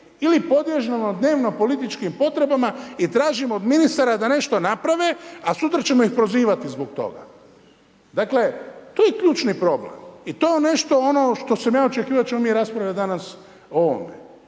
ili podliježemo dnevno političkim potrebama i tražimo od ministara da nešto naprave, a sutra ćemo ih prozivati zbog toga. Dakle to je ključni problem i to je nešto ono što sam ja očekivao da ćemo mi raspravljat danas o ovome.